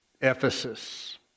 Ephesus